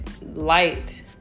light